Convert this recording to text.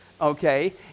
okay